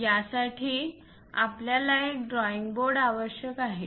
या साठी आपल्याला एक ड्रॉईंग बोर्ड आवश्यक आहे